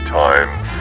times